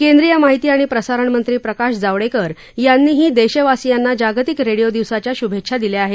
केंद्रीय माहिती आणि प्रसारणमंत्री प्रकाश जावडेकर यांनीही देशवासियांना जागतिक रेडिओ दिवसाच्या श्भेच्छा दिल्या आहेत